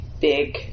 big